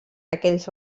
aquells